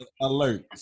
alert